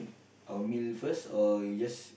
a meal first or you just